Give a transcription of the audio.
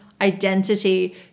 identity